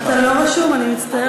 אתה לא רשום, אני מצטערת.